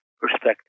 perspective